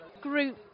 group